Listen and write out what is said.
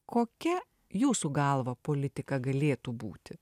kokia jūsų galva politika galėtų būti